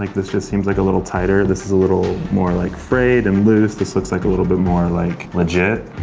like this just seems like a little tighter, this is a little more like frayed and loose, this looks like a little bit more like, legit.